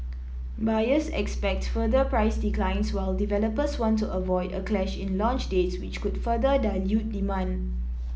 buyers expect further price declines while developers want to avoid a clash in launch dates which could further dilute demand